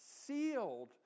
sealed